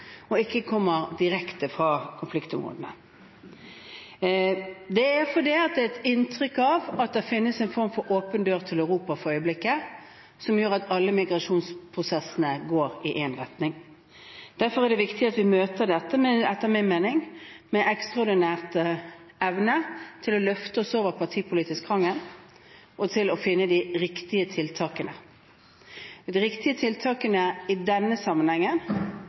ikke kommer direkte fra konfliktområdene. Det er et inntrykk av at det finnes en form for åpen dør til Europa for øyeblikket som gjør at alle migrasjonsprosessene går i én retning. Derfor er det etter min mening viktig at vi møter dette med ekstraordinær evne til å løfte oss over partipolitisk krangel og finne de riktige tiltakene. De riktige tiltakene i denne